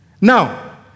Now